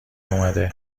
اومده